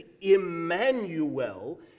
Emmanuel